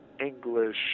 english